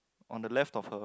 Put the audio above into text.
on the left of her